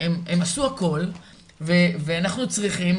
אנחנו צריכים,